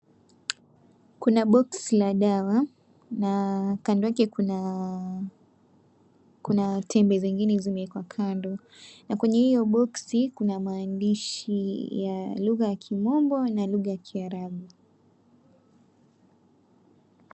Kuna box ya dawa na kando yake kuna tembe nyingine kando na kwenye iyo box(cs) kuna maandishi ya lugha ya kimombo na lugha ya kiarabu.